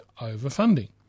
overfunding